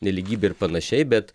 nelygybe ir panašiai bet